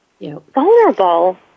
vulnerable